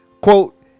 Quote